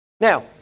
Now